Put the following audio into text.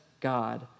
God